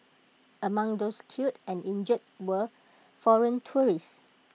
among those killed and injured were foreign tourists